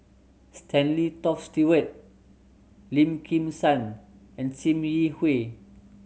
Stanley Toft Stewart Lim Kim San and Sim Yi Hui